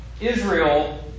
Israel